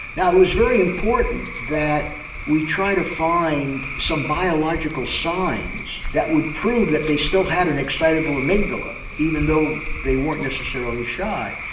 was very important that we tried to find some biological signs that would prove that they still had an excitable amygdala even though they weren't necessarily shy.